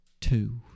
Two